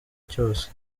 cyose